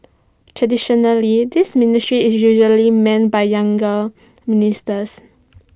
traditionally this ministry is usually manned by younger ministers